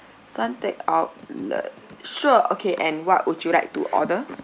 suntec outlet sure okay and what would you like to order